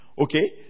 okay